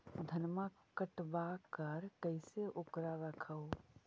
धनमा कटबाकार कैसे उकरा रख हू?